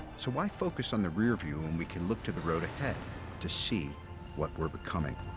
so why focus on the rear-view when we can look to the road ahead to see what we're becoming?